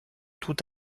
tout